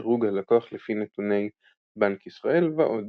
דירוג הלקוח לפי נתוני בנק ישראל, ועוד.